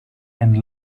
and